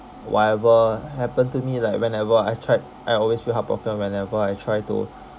whatever happened to me like whenever I tried I always feel heartbroken whenever I try to